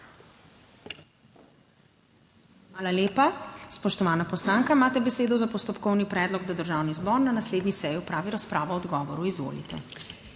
Hvala lepa. Spoštovana kolegica, imate besedo za postopkovni predlog, da Državni zbor na naslednji seji opravi razpravo o odgovoru. Izvolite.